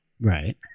Right